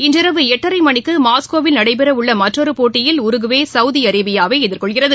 இன்றிரவு எட்டரைமணிக்குமாஸ்கோவில் நடைபெறஉள்ளமற்றொருபோட்டியில் உருகுவே சவுதிஅரேபியாவைஎதிர்கொள்கிறது